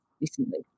recently